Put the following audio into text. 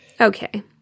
Okay